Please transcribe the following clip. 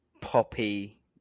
poppy